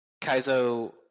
Kaizo